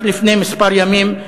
רק לפני כמה ימים,